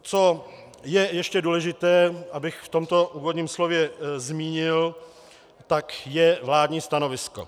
Co je ještě důležité, abych v tomto úvodním slově zmínil, tak je vládní stanovisko.